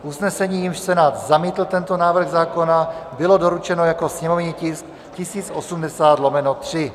Usnesení, jímž Senát zamítl tento návrh zákona, bylo doručeno jako sněmovní tisk 1080/3.